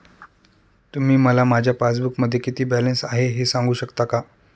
तुम्ही मला माझ्या पासबूकमध्ये किती बॅलन्स आहे हे सांगू शकता का?